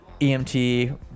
emt